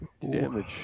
Damage